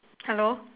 hello